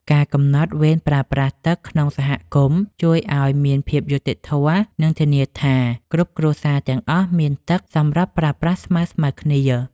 ការកំណត់វេនប្រើប្រាស់ទឹកក្នុងសហគមន៍ជួយឱ្យមានភាពយុត្តិធម៌ និងធានាថាគ្រប់គ្រួសារទាំងអស់មានទឹកសម្រាប់ប្រើប្រាស់ស្មើៗគ្នា។